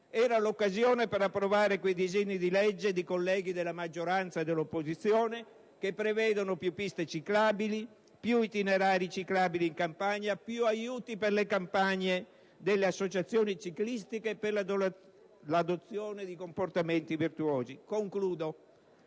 era l'occasione per approvare i disegni di legge dei colleghi della maggioranza e dell'opposizione che prevedono più piste ciclabili, più itinerari ciclabili in campagna, più aiuti per le campagne delle associazioni ciclistiche e per l'adozione di comportamenti virtuosi. In